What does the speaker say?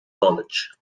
college